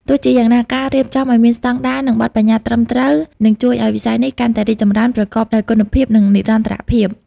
ទោះជាយ៉ាងណា ការរៀបចំឲ្យមានស្តង់ដារ និងបទប្បញ្ញត្តិត្រឹមត្រូវ នឹងជួយឲ្យវិស័យនេះកាន់តែរីកចម្រើនប្រកបដោយគុណភាព និងនិរន្តរភាព។